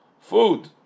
food